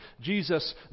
Jesus